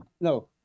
No